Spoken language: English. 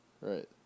Right